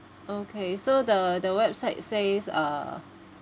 okay so the the website says uh